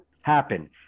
happen